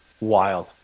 Wild